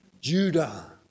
Judah